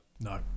No